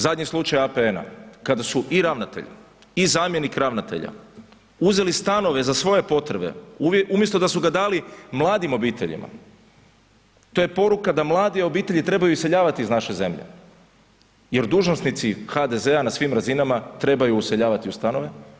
Zadnji slučaj APN-a kada su i ravnatelj i zamjenik ravnatelja, uzeli stanove za svoje potrebe umjesto da su ga dali mladim obiteljima, to je poruka da mlade obitelji trebaju iseljavati iz naše zemlje jer dužnosnici HDZ-a na svim razinama trebaju useljavati u stanove.